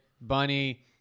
bunny